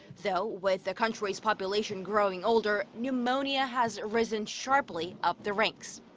though with the country's population growing older, pneumonia has risen sharply up the ranks.